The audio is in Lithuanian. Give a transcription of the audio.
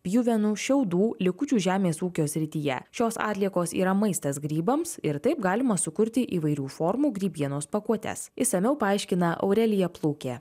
pjuvenų šiaudų likučių žemės ūkio srityje šios atliekos yra maistas grybams ir taip galima sukurti įvairių formų grybienos pakuotes išsamiau paaiškina aurelija plūkė